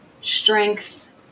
strength